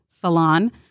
Salon